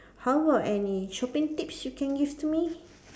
how about any shopping tips you can give to me